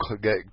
get